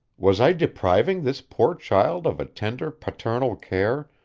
was i depriving this poor child of a tender paternal care,